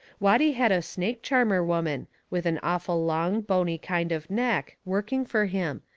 watty had a snake-charmer woman, with an awful long, bony kind of neck, working fur him,